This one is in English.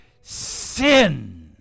sin